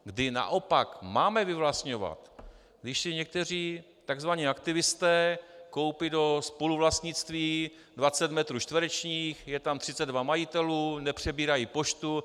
Kdy naopak máme vyvlastňovat, když si někteří tzv. aktivisté koupí do spoluvlastnictví 20 metrů čtverečních, je tam 32 majitelů, nepřebírají poštu.